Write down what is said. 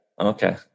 Okay